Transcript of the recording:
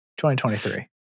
2023